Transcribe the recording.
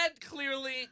clearly